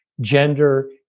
gender